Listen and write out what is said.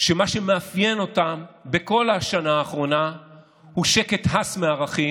שמה שמאפיין אותם בכל השנה האחרונה הוא שקט הס מערכים,